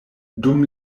dum